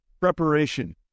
preparation